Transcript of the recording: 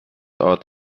out